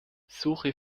suche